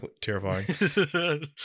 terrifying